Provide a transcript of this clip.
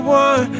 one